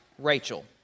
Rachel